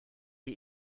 die